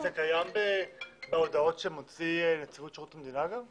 זה קיים בהודעות שמוציאה נציבות שירות המדינה?